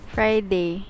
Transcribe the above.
Friday